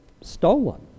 stolen